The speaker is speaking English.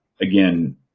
again